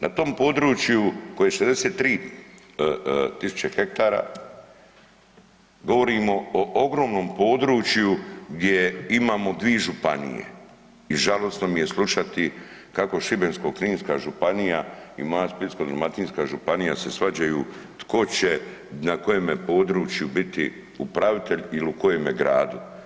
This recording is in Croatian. Na tom području koje je 63 tisuće hektara, govorimo o ogromnom području gdje imamo 2 županije i žalosno mi je slušati kako Šibensko-kninska županija i moja Splitsko-dalmatinska županija se svađaju tko će na kojemu području biti upravitelj ili u kojeme gradu.